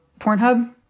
Pornhub